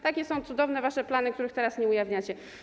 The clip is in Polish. Takie są cudowne wasze plany, których teraz nie ujawniacie.